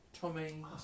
Tommy